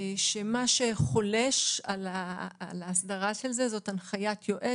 שמה שחולש על ההסדרה של זה זו הנחיית יועץ